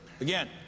Again